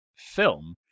film